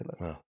no